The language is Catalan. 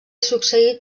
succeït